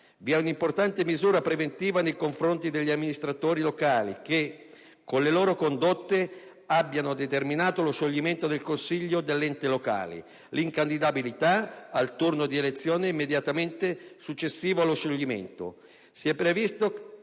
Vi è un'importante misura preventiva nei confronti degli amministratori locali che, con le loro condotte, abbiano determinato lo scioglimento del consiglio dell'ente locale: l'incandidabilità al turno di elezione immediatamente successivo allo scioglimento.